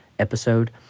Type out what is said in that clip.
episode